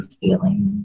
feeling